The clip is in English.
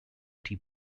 tea